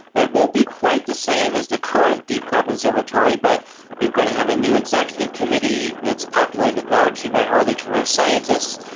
it won't be quite the same as the current deep carbon observatory but we're going to have a new executive committee, it's populated largely by early-career scientists.